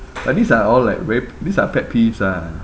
uh these are all like very these are pet peeves ah